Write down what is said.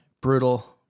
brutal